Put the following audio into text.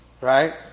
right